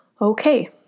Okay